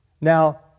Now